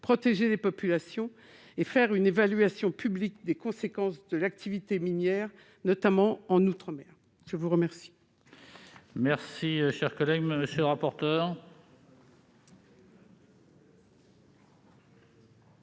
protéger les populations et de mener une évaluation publique des conséquences de l'activité minière, notamment en outre-mer. Quel